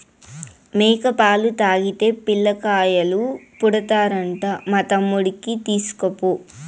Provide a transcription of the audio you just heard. మేక పాలు తాగితే పిల్లకాయలు పుడతారంట మా తమ్ముడికి తీస్కపో